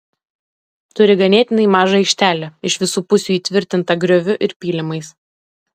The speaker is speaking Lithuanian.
turi ganėtinai mažą aikštelę iš visų pusių įtvirtintą grioviu ir pylimais